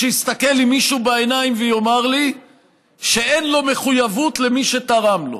ושיסתכל לי מישהו בעיניים ויאמר לי שאין לו מחויבות למי שתרם לו,